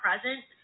present